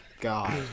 God